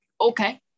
okay